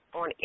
on